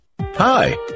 Hi